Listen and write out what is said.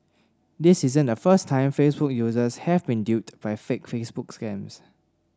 this isn't the first time Facebook users have been duped by fake Facebook scams